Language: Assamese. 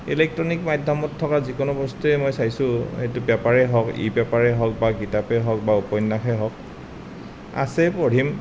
ইলেক্ট্ৰণিক মাধ্যমত থকা যিকোনো বস্তুৱে মই চাইছো এইটো পেপাৰে হওক ই পেপাৰে হওক বা কিতাপে হওঁক বা উপন্যাসে হওক আছে পঢ়িম